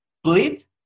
split